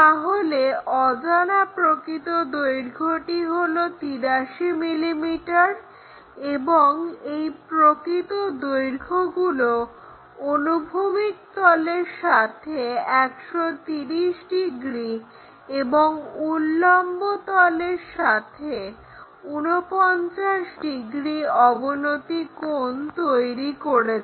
তাহলে অজানা প্রকৃত দৈর্ঘ্যটি হলো 83 mm এবং এই প্রকৃত দৈর্ঘ্যগুলো অনুভূমিক তলের সাথে 130 ডিগ্রি এবং উল্লম্ব তলের সাথে 49° অবনতি কোণ তৈরি করেছে